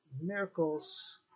miracles